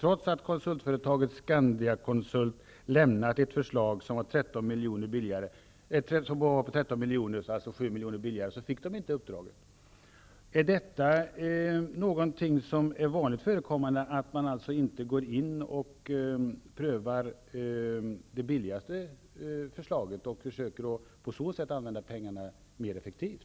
Trots att konsultföretaget Scandiakonsult lämnat ett förslag som låg 13 miljoner lägre fick man inte uppdraget. Är det vanligt förekommande att man inte prövar det billigaste förslaget och på så sätt försöker använda pengarna mera effektivt?